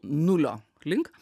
nulio link